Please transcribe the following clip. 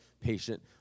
patient